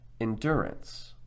endurance